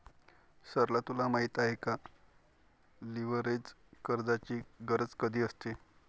सरला तुला माहित आहे का, लीव्हरेज कर्जाची गरज कधी असते?